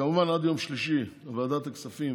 עד יום שלישי ועדת הכספים